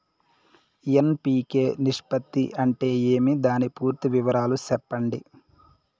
NPK నిష్పత్తి అంటే ఏమి దాని పూర్తి వివరాలు సెప్పండి?